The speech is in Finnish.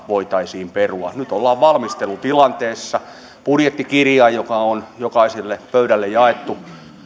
voitaisiin perua nyt ollaan valmistelutilanteessa budjettikirjassa joka on jokaiselle pöydälle jaettu